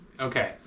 Okay